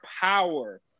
power